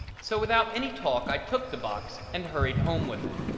so without any talk i took the box and hurried home with it.